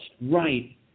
right